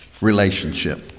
relationship